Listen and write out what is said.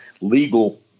legal